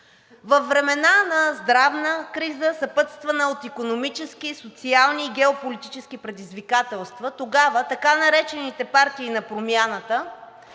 Във времена на здравна криза, съпътствана от икономически, социални и геополитически предизвикателства, тогава така наречените партии на промяната